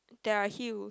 there are hills